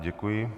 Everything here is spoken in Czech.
Děkuji.